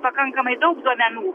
pakankamai daug duomenų